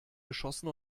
geschossen